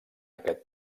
aquest